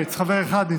לחברי